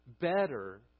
Better